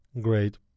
great